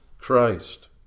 Christ